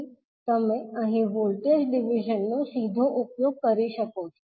તેથી તમે અહીં વોલ્ટેજ ડિવિઝન નો સીધો ઉપયોગ કરી શકો છો